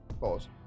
pause